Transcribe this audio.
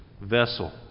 vessel